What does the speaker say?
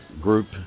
group